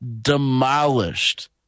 Demolished